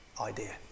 idea